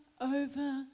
over